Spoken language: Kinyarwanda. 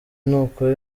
nukora